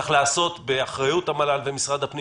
צריך לעשות באחריות המל"ל ומשרד הפנים